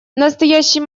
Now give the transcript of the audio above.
настоящий